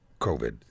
COVID